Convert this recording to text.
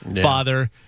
father